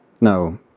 No